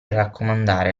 raccomandare